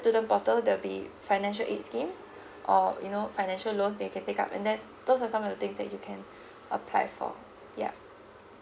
student portal there'll be financial aids schemes or you know financial loans that you can take up and that's those are some of the things that you can apply for yeah